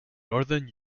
northern